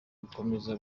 gukomeza